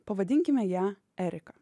pavadinkime ją erika